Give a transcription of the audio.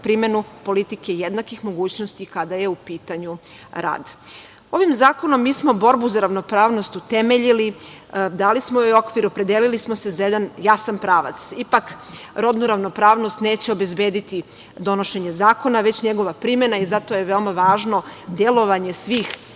primenu politike jednakih mogućnosti kada je u pitanju rad. Ovim zakonom mi smo borbu za ravnopravnost utemeljili, dali smo joj okvir, opredelili smo se za jedan jasan pravac. Ipak, rodnu ravnopravnost neće obezbediti donošenje zakona, već njegova primena i zato je veoma važno delovanje svih